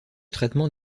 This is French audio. traitement